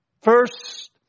First